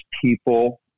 people